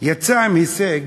יצא עם הישג,